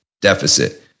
deficit